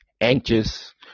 Anxious